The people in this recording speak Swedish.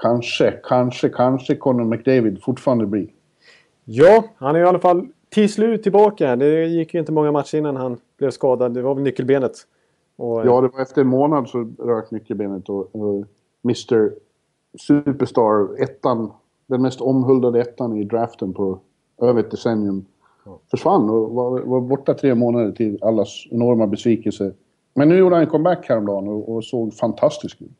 Kanske, kanske, kanske Connor McDavid fortfarande blir. Ja, han är i alla fall till slut tillbaka. Det gick ju inte många matcher innan han blev skadad. Det var väl nyckelbenet. Och, eh- Ja, det var efter en månad så rök nyckelbenet och- och Mr. Superstar, ettan, den mest omhuldade ettan i draften på över ett decennium, Ja. försvann och var- var borta tre månader till allas enorma besvikelse. Men nu gjorde han en comeback här om dagen och- och såg fantastisk ut.